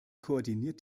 koordiniert